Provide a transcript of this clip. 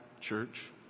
church